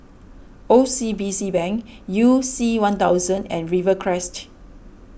O C B C Bank You C one thousand and Rivercrest